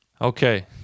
Okay